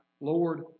Lord